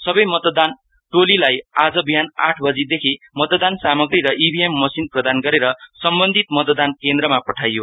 सबै मतदान टोलीहरूलाई आज बिहान आठ बजेदेखी मतदान सामाग्री र इभीएम मशिन प्रदान गरेर सम्बन्धित मतदान केन्द्रमा पठाइयो